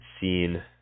seen